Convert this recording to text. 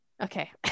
Okay